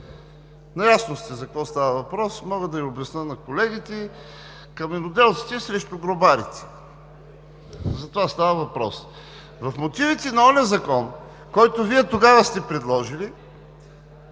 Наясно сте за какво става въпрос, мога да обясня на колегите – каменоделците срещу гробарите, за това става въпрос. В мотивите на оня закон, който Вие тогава сте предложили,